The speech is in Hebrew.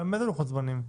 איזה לוחות זמנים?